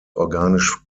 organisch